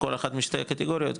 כל אחת משתי הקטיגוריות,